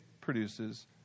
produces